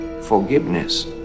Forgiveness